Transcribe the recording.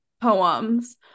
poems